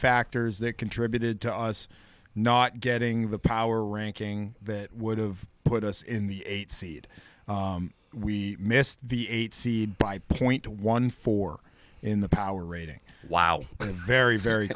factors that contributed to us not getting the power ranking that would have put us in the eight seed we missed the eight seed by point one four in the power rating wow a very very